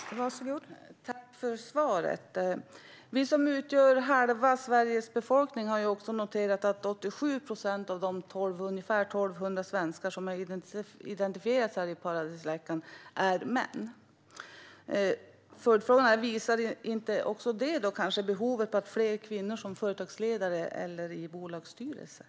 Fru talman! Tack för svaret! Vi som utgör halva Sveriges befolkning har också noterat att 87 procent av de ungefär 1 200 svenskar som har identifierats i paradisläckan är män. Följdfrågan är om inte också detta visar på behovet av fler kvinnor som företagsledare och i bolagsstyrelser.